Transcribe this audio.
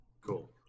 Cool